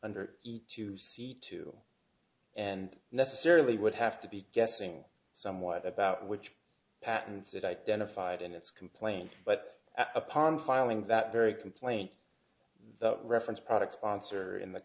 under each to see to and necessarily would have to be guessing somewhat about which patents it identified in its complaint but upon filing that very complaint the reference products sponsor in the